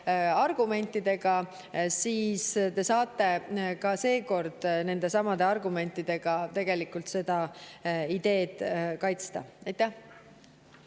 argumentidega, saate te ka seekord nendesamade argumentidega tegelikult seda ideed kaitsta. Suur